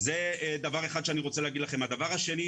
טוב לו שיעלה לאור השמש וטוב לו שידעו שזה דבר טבעי,